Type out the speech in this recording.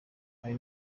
hari